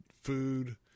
food